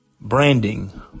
branding